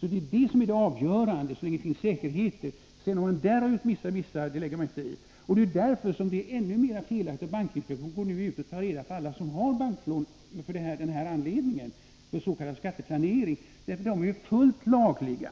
Det avgörande är att det finns säkerheter. Om banken därutöver har gjort vissa missar lägger jag mig inte i. Det är därför som det är ännu mer felaktigt att bankinspektionen nu går ut och tar reda på alla som har banklån för s.k. skatteplanering, vilket är fullt lagligt.